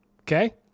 Okay